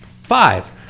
five